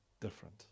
different